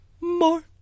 more